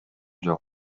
жок